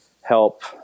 help